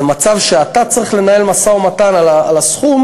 זה מצב שאתה צריך לנהל משא-ומתן על הסכום